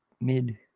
mid